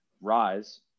rise